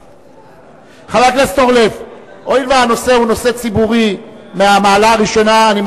לוועדת הכלכלה להכנה לקריאה ראשונה.